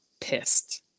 pissed